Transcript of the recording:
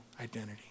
identity